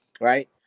right